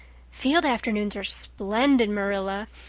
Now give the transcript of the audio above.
field afternoons are splendid, marilla.